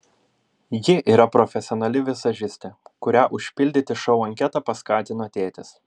ji yra profesionali vizažistė kurią užpildyti šou anketą paskatino tėtis